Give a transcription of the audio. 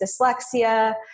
dyslexia